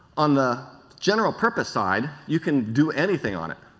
on the general purpose side, you can do anything on it,